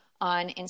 on